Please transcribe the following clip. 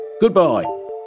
Goodbye